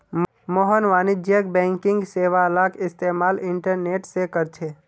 मोहन वाणिज्यिक बैंकिंग सेवालाक इस्तेमाल इंटरनेट से करछे